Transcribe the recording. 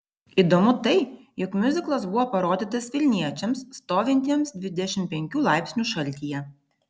įdomu tai jog miuziklas buvo parodytas vilniečiams stovintiems dvidešimt penkių laipsnių šaltyje